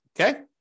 Okay